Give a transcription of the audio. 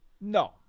No